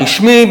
רשמי,